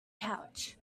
couch